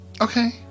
Okay